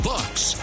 Bucks